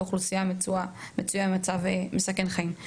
לאוכלוסייה שמצויה במצב מסכן חיים.